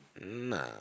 Nah